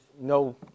no